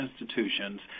institutions